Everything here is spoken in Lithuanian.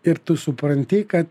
ir tu supranti kad